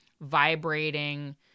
vibrating